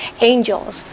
angels